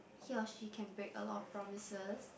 he or she can make a lot of promises